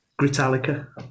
Gritalica